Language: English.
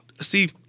See